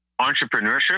entrepreneurship